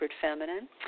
Feminine